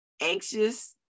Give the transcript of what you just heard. anxious